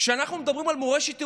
כשאנחנו מדברים על מורשת ירושלים,